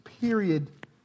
period